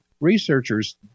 researchers